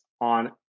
on